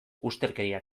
ustelkeria